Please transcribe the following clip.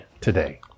today